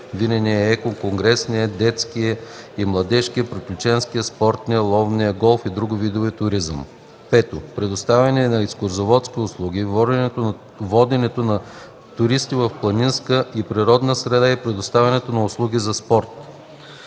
винения, еко, конгресния, детски и младежкия, приключенския, спортния, ловния, голф и други видове туризъм; 5. предоставянето на екскурзоводски услуги, воденето на туристи в планинска и природна среда и предоставянето на услуги за спорт.